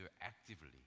actively